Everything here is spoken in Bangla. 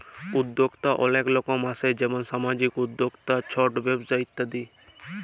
উদ্যক্তা অলেক রকম আসে যেমল সামাজিক উদ্যক্তা, ছট ব্যবসা ইত্যাদি